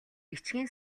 бичгийн